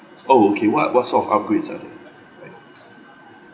oh okay what what sort of upgrades are there like